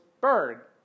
bird